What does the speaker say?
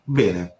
bene